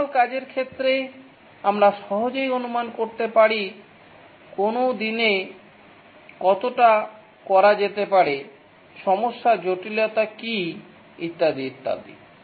manual কাজের ক্ষেত্রে আমরা সহজেই অনুমান করতে পারি কোনও দিনে কতটা করা যেতে পারে সমস্যার জটিলতা কি ইত্যাদি ইত্যাদি